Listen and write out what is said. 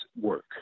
work